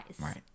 Right